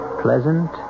pleasant